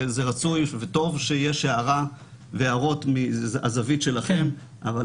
וזה רצוי וטוב שיש הערות מהזווית שלכם,